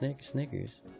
Snickers